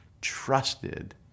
trusted